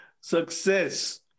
success